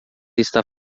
está